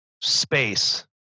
space